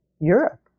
Europe